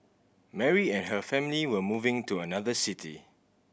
Mary and her family were moving to another city